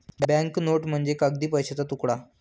bank note म्हणजे कागदी पैशाचा तुकडा